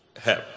help